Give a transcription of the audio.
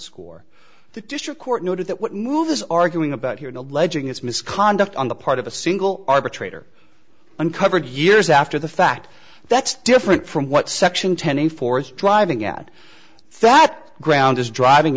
score the district court noted that what move this arguing about here in alleging it's misconduct on the part of a single arbitrator uncovered years after the fact that's different from what section ten in force driving at that ground is driving